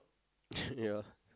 ya